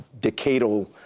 decadal